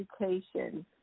education